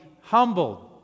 humbled